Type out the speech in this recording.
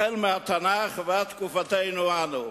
החל מהתנ"ך ועד תקופתנו אנו.